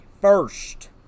first